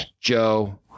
Joe